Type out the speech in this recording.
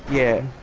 yeah,